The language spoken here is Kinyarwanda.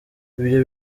ibyo